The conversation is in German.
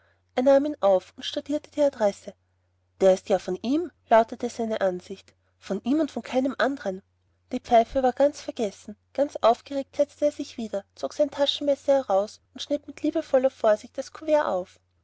er nahm ihn auf und studierte die adresse der ist ja von ihm lautete seine ansicht von ihm und von keinem andern die pfeife war vergessen ganz aufgeregt setzte er sich wieder zog sein taschenmesser heraus und schnitt mit liebevoller vorsicht das couvert auf